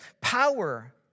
power